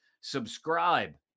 subscribe